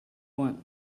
want